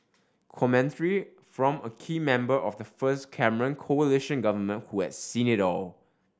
commentary from a key member of the first Cameron coalition government who had seen it all